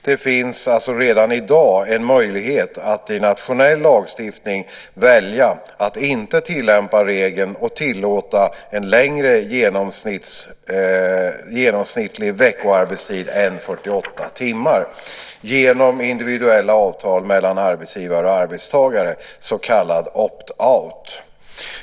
Det finns redan i dag en möjlighet att i nationell lagstiftning välja att inte tillämpa regeln och tillåta längre genomsnittlig veckoarbetstid än 48 timmar genom individuella avtal mellan arbetsgivare och arbetstagare, så kallad opt out .